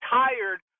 tired